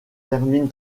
termine